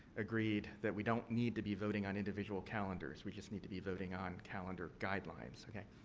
agreed that we don't need to be voting on individual calendars. we just need to be voting on calendar guidelines. okay?